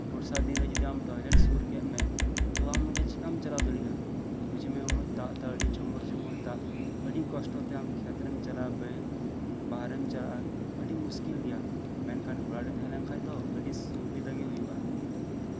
ᱵᱚᱨᱥᱟ ᱫᱤᱱᱨᱮ ᱡᱚᱫᱤ ᱴᱚᱭᱞᱮᱴ ᱚᱥᱩᱨ ᱠᱟᱜ ᱢᱮ ᱛᱳ ᱟᱢ ᱚᱱᱰᱮ ᱪᱤᱠᱟᱢ ᱪᱟᱞᱟᱣ ᱫᱟᱲᱮᱭᱟᱜᱼᱟ ᱵᱩᱡ ᱢᱮ ᱩᱱᱟᱹᱜ ᱫᱟᱜ ᱮᱫᱟᱭ ᱡᱷᱚᱢᱚᱨ ᱡᱷᱚᱢᱚᱨ ᱫᱟᱜ ᱟᱹᱰᱤ ᱠᱚᱥᱴᱚᱛᱮ ᱠᱷᱮᱛᱨᱮᱢ ᱪᱟᱞᱟᱜᱼᱟ ᱵᱟᱦᱨᱮᱢ ᱪᱟᱞᱟᱜᱼᱟ ᱟᱹᱰᱤ ᱢᱩᱥᱠᱤᱞ ᱜᱮᱭᱟ ᱢᱮᱱᱠᱷᱟᱱ ᱚᱲᱟᱜᱨᱮ ᱛᱟᱸᱦᱮ ᱞᱮᱱᱠᱷᱟᱱ ᱫᱚ ᱟᱹᱰᱤ ᱥᱩᱵᱤᱫᱷᱟ ᱜᱮ ᱦᱩᱭᱩᱜᱼᱟ